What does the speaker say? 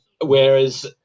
Whereas